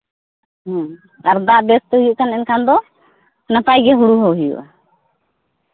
ᱟᱨ ᱫᱟᱜ ᱵᱮᱥ ᱛᱮ ᱦᱩᱭᱩᱜ ᱠᱷᱟᱱ ᱮᱱᱠᱷᱟᱱ ᱫᱚ ᱱᱟᱯᱟᱭ ᱜᱮ ᱦᱳᱲᱳᱜᱮ ᱦᱩᱭᱩᱜᱼᱟ